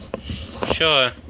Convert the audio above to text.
Sure